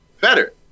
better